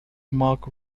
mark